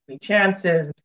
chances